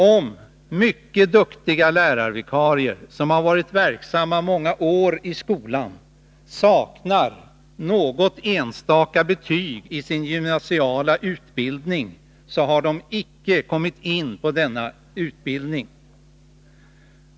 Om mycket duktiga lärarvikarier, som har varit verksamma många år i skolan, saknar något enstaka betyg i sin gymnasiala utbildning, har de icke kommit in på denna utbildning.